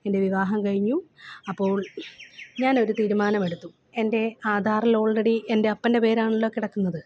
എന്റെ വിവാഹം കഴിഞ്ഞു അപ്പോൾ ഞാനൊരു തീരുമാനമെടുത്തു എന്റെ ആധാറിൽ ഓൾറെഡി എന്റപ്പന്റെ പേരാണല്ലോ കിടക്കുന്നത്